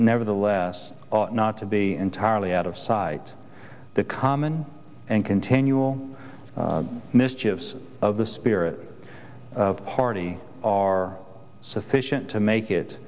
nevertheless ought not to be entirely out of sight the common and continual mischievous of the spirit party are sufficient to make it